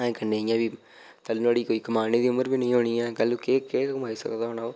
अजें कन्नै इयां बी पैहले नुआढ़ी कोई कमाने दी उम्र बी नेईं होनी ऐ कल्ल ओह् केह् केह् कमाई सकदा होना ओह्